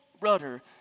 rudder